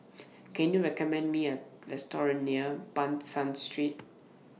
Can YOU recommend Me A Restaurant near Ban San Street